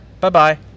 bye-bye